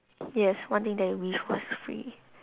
yes one thing that you wish was free